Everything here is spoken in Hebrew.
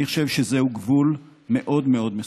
אני חושב שזהו גבול מאוד מאוד מסוכן.